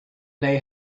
they